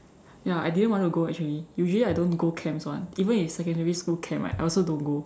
ya I didn't want to go actually usually I don't go camps [one] even in secondary school camp right I also don't go